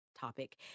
topic